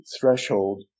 threshold